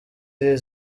iri